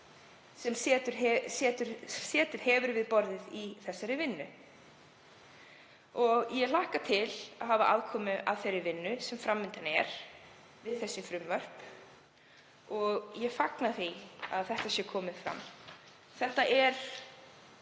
sem setið hefur við borðið í þessari vinnu. Ég hlakka til að hafa aðkomu að þeirri vinnu sem fram undan er við þessi frumvörp og ég fagna því að þau séu komin fram. Breytingin